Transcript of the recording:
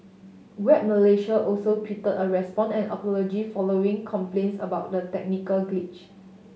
Grab Malaysia also tweeted a response and apology following complaints about the technical glitch